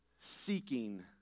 seeking